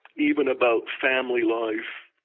even about family life,